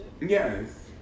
Yes